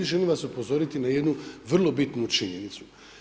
Želim vas upozoriti na jednu vrlo bitnu činjenicu.